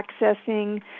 accessing